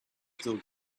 still